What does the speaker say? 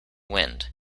wind